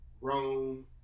Rome